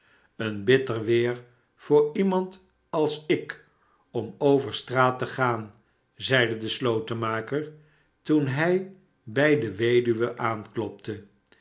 een bitter weer voor iemand als ik om over straat te gaan zeide de slotenmaker roen hij bij de weduwe aanklopte